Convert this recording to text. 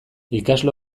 ikasle